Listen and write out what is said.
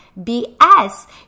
bs